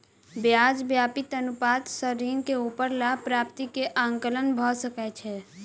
ब्याज व्याप्ति अनुपात सॅ ऋण के ऊपर लाभ प्राप्ति के आंकलन भ सकै छै